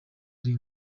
ari